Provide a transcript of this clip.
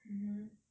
mmhmm